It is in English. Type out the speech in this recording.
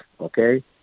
Okay